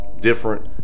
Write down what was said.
different